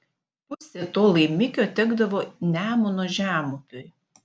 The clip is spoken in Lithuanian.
pusė to laimikio tekdavo nemuno žemupiui